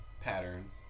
pattern